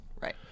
Right